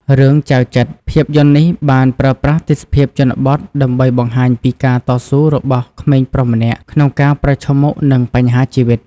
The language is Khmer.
រឿង ចៅ ចិត្រ ភាពយន្តនេះបានប្រើប្រាស់ទេសភាពជនបទដើម្បីបង្ហាញពីការតស៊ូរបស់ក្មេងប្រុសម្នាក់ក្នុងការប្រឈមមុខនឹងបញ្ហាជីវិត។